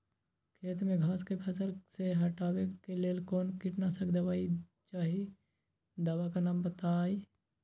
खेत में घास के फसल से हटावे के लेल कौन किटनाशक दवाई चाहि दवा का नाम बताआई?